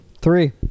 Three